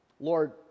Lord